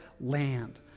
land